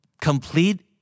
Complete